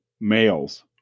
males